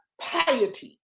piety